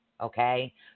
Okay